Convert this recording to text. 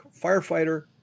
Firefighter